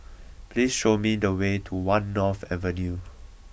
please show me the way to One North Avenue